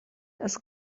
das